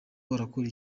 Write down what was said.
barakora